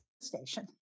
station